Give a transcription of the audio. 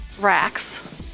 racks